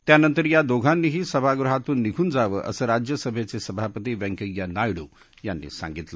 त्यानंतर या दोघांनीही सभागृहातून निघून जावं असं राज्यसभघ्धसिभापती व्यंकैय्या नायडू यांनी सांगितलं